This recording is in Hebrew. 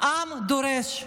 העם דורש.